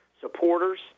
supporters